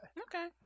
Okay